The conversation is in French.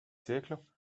siècles